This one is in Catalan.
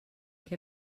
què